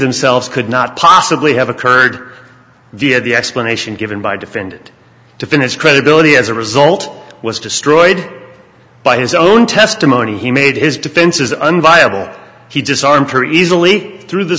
themselves could not possibly have occurred via the explanation given by defendant to finish credibility as a result was destroyed by his own testimony he made his defense is unbelievable he just aren't very easily through the